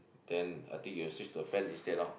then I think you will switch to a fan instead lor